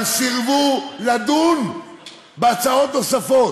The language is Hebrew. אבל סירבו לדון בהצעות נוספות.